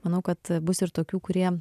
manau kad bus ir tokių kurie